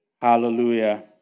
Hallelujah